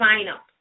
sign-up